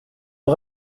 aux